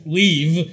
leave